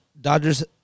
Dodgers